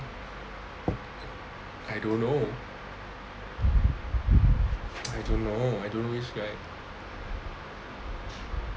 I don't know I don't know which guy